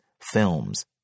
films